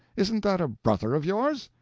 isn't that a brother of yours?